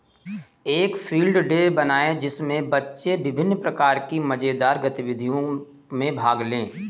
एक field day बनाएं जिसमें बच्चे विभिन्न प्रकार की मजेदार गतिविधियों में भाग लें